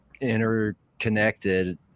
interconnected